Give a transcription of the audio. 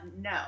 no